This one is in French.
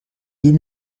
deux